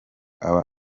aba